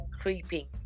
creeping